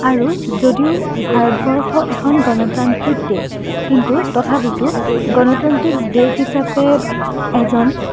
আৰু যদিও ভাৰতবৰ্ষ এখন গণতান্ত্ৰিক দেশ কিন্তু তথাপিতো গণতান্ত্ৰিক দেশ হিচাপে এজন